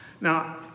Now